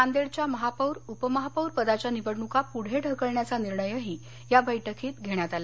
नांदेडच्या महापौर उपमहापौरपदाच्या निवडणुका पूढे ढकलण्याचा निर्णयही या बैठकीत घेण्यात आला